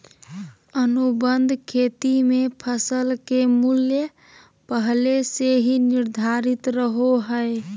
अनुबंध खेती मे फसल के मूल्य पहले से ही निर्धारित रहो हय